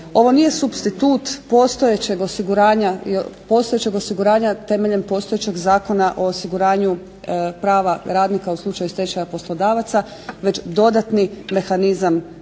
Ovo nije supstitut postojećeg osiguranja temeljem postojećeg Zakona o osiguranju prava radnika u slučaju stečaja poslodavaca već dodatni mehanizam